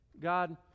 God